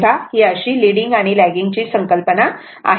तर अशीही लीडिंग आणि लेगिंग ची संकल्पना आहे